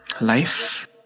life